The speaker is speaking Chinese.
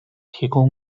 提供